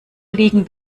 liegen